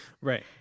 right